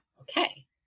Okay